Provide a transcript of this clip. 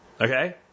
Okay